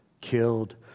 killed